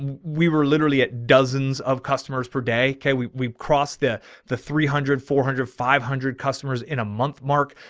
ah we were literally at dozens of customers per day. kay. we, we crossed the the three hundred, four hundred, five hundred customers in a month, mark.